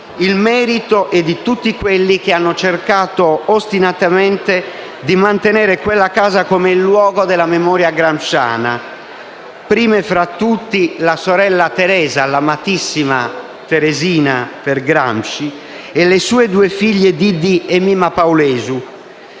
il merito è di tutti coloro che hanno cercato ostinatamente di mantenere quella casa come il luogo della memoria gramsciana, prima tra tutti la sorella Teresa, l'amatissima Teresina per Gramsci, e le sue due figlie Diddi e Mimma Paulesu.